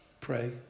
pray